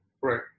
Right